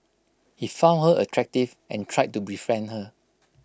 he found her attractive and tried to befriend her